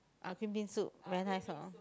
ah green bean soup very nice hor